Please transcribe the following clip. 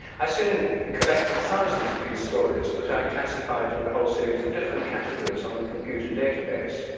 i soon collected thousands of these stories that i classified in a whole series of different categories on a computer database.